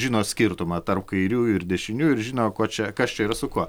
žino skirtumą tarp kairiųjų ir dešiniųjų ir žino kuo čia kas čia ir su kuo